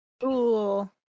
Cool